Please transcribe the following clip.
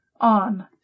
on